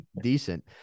decent